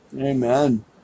Amen